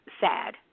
sad